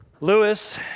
Lewis